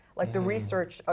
like the research, ah